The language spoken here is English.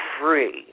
free